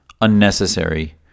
Unnecessary